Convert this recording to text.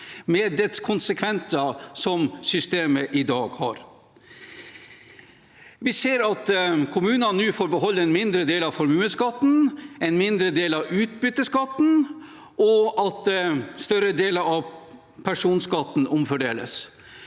med de konsekvenser som systemet i dag har. Vi ser at kommunene nå får beholde en mindre del av formuesskatten, en mindre del av utbytteskatten, og at større deler av personskatten omfordeles.